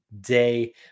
day